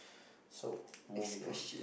so moving on